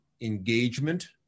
engagement